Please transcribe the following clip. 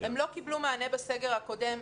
הם לא קיבלו מענה בסגר הקודם.